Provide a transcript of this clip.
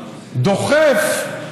תותח-על.